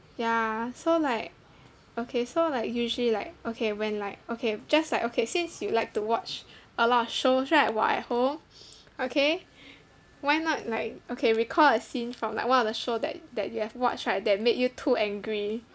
ya so like okay so like usually like okay when like okay just like okay since you like to watch a lot of shows right while at home okay why not like okay recall a scene from like one of the show that that you've watched right that made you too angry